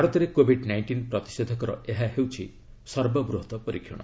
ଭାତରରେ Covid nineteen ପ୍ରତିଷେଧକର ଏହା ହେଉଛି ସର୍ବବୃହତ୍ ପରୀକ୍ଷଣ